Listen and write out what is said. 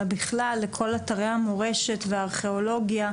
אלא בכלל לכל אתרי המורשת והארכיאולוגיה.